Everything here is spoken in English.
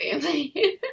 family